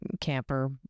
camper